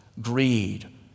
greed